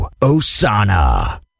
Osana